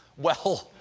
well,